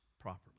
properly